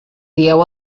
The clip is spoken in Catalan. dieu